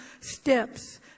steps